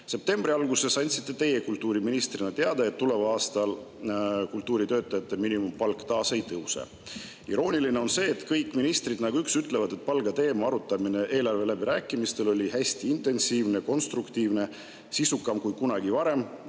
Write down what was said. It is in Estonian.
pühkida. Septembri alguses andsite teie kultuuriministrina teada, et tuleval aastal kultuuritöötajate miinimumpalk taas ei tõuse. Irooniline on see, et kõik ministrid ütlevad nagu üks, et palgateema arutamine eelarve läbirääkimistel oli hästi intensiivne, konstruktiivne ja sisukam kui kunagi varem